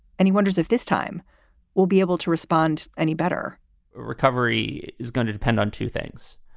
and he wonders if this time we'll be able to respond any better recovery is going to depend on two things.